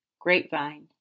Grapevine